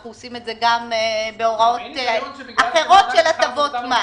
אנחנו עושים את זה גם בהוראות אחרות של הטבות מס.